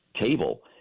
table